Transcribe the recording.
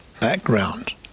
background